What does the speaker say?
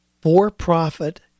for-profit